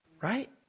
Right